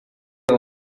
they